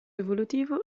evolutivo